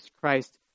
Christ